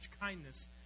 kindness